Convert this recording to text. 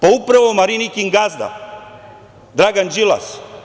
Pa, upravo Marinikin gazda Dragan Đilas.